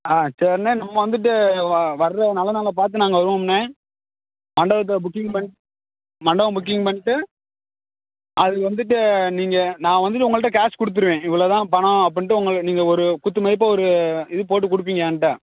ஆ சரிண்ணே நம்ம வந்துட்டு வ வர்ற நல்ல நாளாக பார்த்து நாங்கள் வருவோம்ண்ணே மண்டபத்தை புக்கிங் பண் மண்டபம் புக்கிங் பண்ணி ட்டு அதுக்கு வந்துட்டு நீங்கள் நான் வந்துட்டு உங்கள்கிட்ட கேஷ் கொடுத்துருவேன் இவ்வளோ தான் பணம் அப்புடின்ட்டு உங்கள் நீங்கள் ஒரு குத்து மதிப்பாக ஒரு இது போட்டுக் கொடுப்பீங்க ஏன்கிட்ட